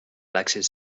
läksid